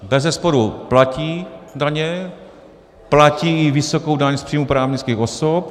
Bezesporu platí daně, platí vysokou daň z příjmu právnických osob.